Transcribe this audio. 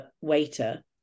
waiter